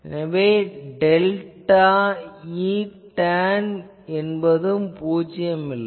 எனவே delta Etan என்பதும் பூஜ்யம் இல்லை